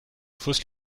fausses